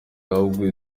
ahubwo